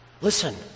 listen